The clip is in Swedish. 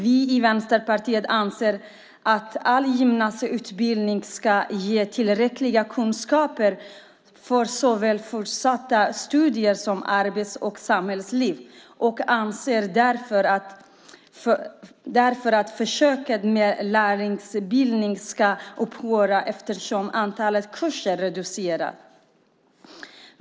Vi i Vänsterpartiet anser att all gymnasieutbildning ska ge tillräckliga kunskaper för såväl fortsatta studier som arbets och samhällsliv och anser därför att försöket med lärlingsutbildning ska upphöra eftersom antalet kurser reducerats.